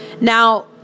Now